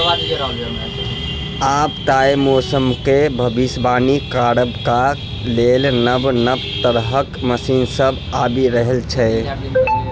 आब तए मौसमक भबिसबाणी करबाक लेल नब नब तरहक मशीन सब आबि रहल छै